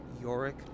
Yorick